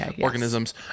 organisms